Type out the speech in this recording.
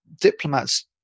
Diplomats